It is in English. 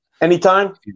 Anytime